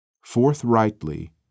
Forthrightly